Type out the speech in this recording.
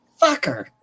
Fucker